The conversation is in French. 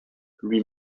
lui